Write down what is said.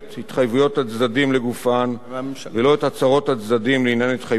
התחייבויות הצדדים לגופן ולא את הצהרות הצדדים לעניין התחייבויותיהם.